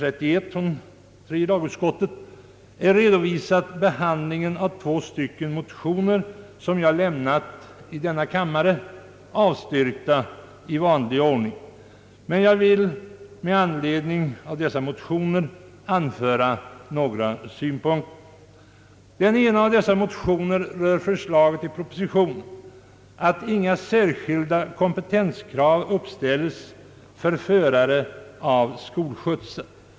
I utskottsutlåtandet redovisas två motioner som jag har väckt i denna kammare. De har avstyrkts i vanlig ordning, men jag vill ändå med anledning av dessa motioner anföra några synpunkter beträffande trafiksäkerheten. Den ena av dessa motioner gäller förslaget i propositionen om att inga särskilda kompetenskrav skall uppställas för förare av skolskjutsar.